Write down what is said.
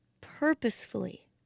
purposefully